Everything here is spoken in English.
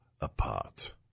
apart